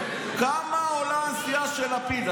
כמה עולה הנסיעה של לפיד.